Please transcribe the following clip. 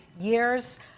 years